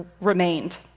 remained